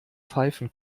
pfeifen